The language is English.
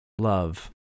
Love